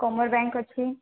କମର୍ bank ଅଛି